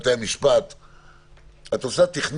זה בתי משפט שונים?